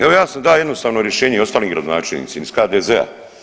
Evo ja sam dao jednostavno rješenje i ostalim gradonačelnicima iz HDZ-a.